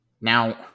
now